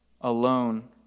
alone